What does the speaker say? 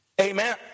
Amen